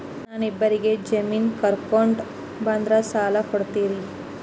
ನಾ ಇಬ್ಬರಿಗೆ ಜಾಮಿನ್ ಕರ್ಕೊಂಡ್ ಬಂದ್ರ ಸಾಲ ಕೊಡ್ತೇರಿ?